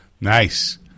Nice